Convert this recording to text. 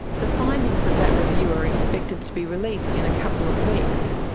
the findings of that review are expected to be released in a couple of weeks,